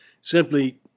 Simply